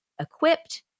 equipped